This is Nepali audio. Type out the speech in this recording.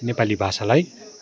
नेपाली भाषालाई